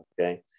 Okay